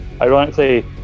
ironically